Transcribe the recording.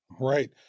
Right